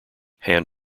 hand